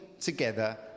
together